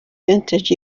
vintage